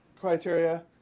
criteria